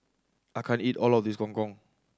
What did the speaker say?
I can't eat all of this Gong Gong